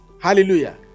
Hallelujah